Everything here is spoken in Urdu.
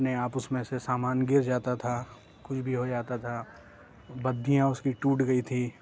اپنے آپ اس میں سے سامان گر جاتا تھا کچھ بھی ہو جاتا تھا بدھیاں اس کی ٹوٹ گئی تھی